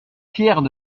fiers